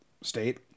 State